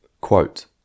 Quote